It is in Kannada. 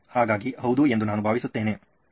ಹಾಗಾಗಿ ಹೌದು ಎಂದು ನಾನು ಭಾವಿಸುತ್ತೇನೆ